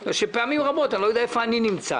מפני שפעמים רבות אני לא יודע איפה אני נמצא.